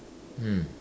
mm